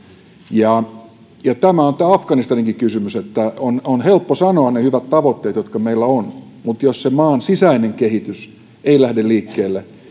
ja ja tämä on tämä afganistaninkin kysymys että on on helppo sanoa ne hyvät tavoitteet jotka meillä on mutta jos sen maan sisäinen kehitys ei lähde liikkeelle